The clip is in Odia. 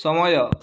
ସମୟ